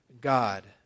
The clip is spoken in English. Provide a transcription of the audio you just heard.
God